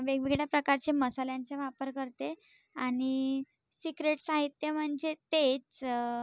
वेगवेगळ्या प्रकारचे मसाल्यांचा वापर करते आणि सिक्रेट साहित्य म्हणजे तेच